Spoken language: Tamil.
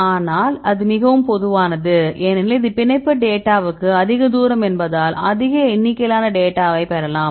ஆனால் இது மிகவும் பொதுவானது ஏனெனில் இது பிணைப்புத் டேட்டாவுக்கு அதிக தூரம் என்பதால் அதிக எண்ணிக்கையிலான டேட்டாவை பெறலாம்